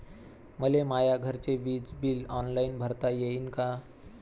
मले माया घरचे विज बिल ऑनलाईन भरता येईन का?